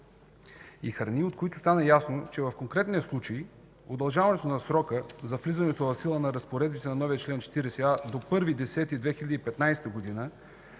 и храни, от които стана ясно, че в конкретния случай удължаването на срока за влизането в сила на разпоредбите на новия член 40а до 1 октомври 2015 г.,